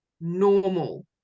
normal